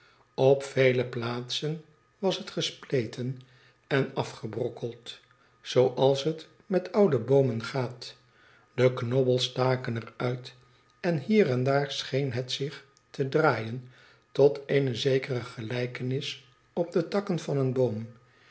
op vele plaatsen was het gespleten en afgebrokkeld zooals het met oude boomen gaat de knobbels staken er uit en hier en daar scheen het zich te draaien tot eene zekere gelijkenis op de takken van een boom